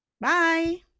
Bye